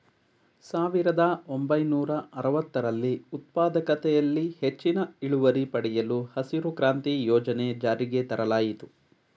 ಸಾವಿರದ ಒಂಬೈನೂರ ಅರವತ್ತರಲ್ಲಿ ಉತ್ಪಾದಕತೆಯಲ್ಲಿ ಹೆಚ್ಚಿನ ಇಳುವರಿ ಪಡೆಯಲು ಹಸಿರು ಕ್ರಾಂತಿ ಯೋಜನೆ ಜಾರಿಗೆ ತರಲಾಯಿತು